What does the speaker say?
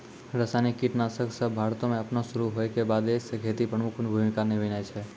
रसायनिक कीटनाशक सभ भारतो मे अपनो शुरू होय के बादे से खेती मे प्रमुख भूमिका निभैने छै